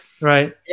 Right